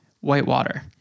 Whitewater